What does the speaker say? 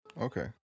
Okay